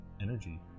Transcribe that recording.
energy